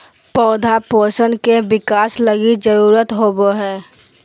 पौधा पोषण के बिकास लगी जरुरत होबो हइ